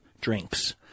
drinks